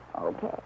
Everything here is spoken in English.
Okay